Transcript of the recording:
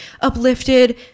uplifted